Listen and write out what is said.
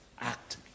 act